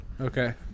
okay